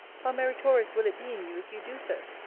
how meritorious will it be in you if you do so!